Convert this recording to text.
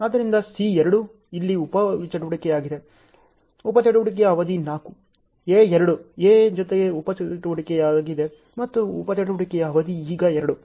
ಆದ್ದರಿಂದ C2 ಇಲ್ಲಿ ಉಪ ಚಟುವಟಿಕೆಯಾಗಿದೆ ಉಪ ಚಟುವಟಿಕೆಯ ಅವಧಿ 4 A2 A ಜೊತೆ ಉಪ ಚಟುವಟಿಕೆಯಾಗಿದೆ ಮತ್ತು ಉಪ ಚಟುವಟಿಕೆಯ ಅವಧಿ ಈಗ 2